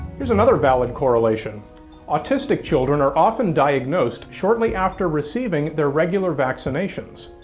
here's another valid correlation autistic children are often diagnosed shortly after receiving their regular vaccinations.